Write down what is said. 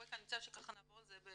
אווקה אני מציעה שנעבור על זה.